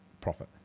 profit